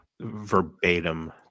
verbatim